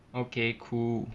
okay cool